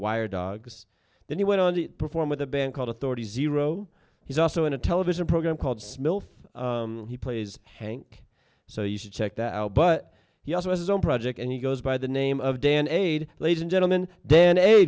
wired dogs then he went on to perform with a band called authorities zero he's also in a television program called he plays hank so you should check that out but he also has his own project and he goes by the name of dan aid ladies and gentleman then e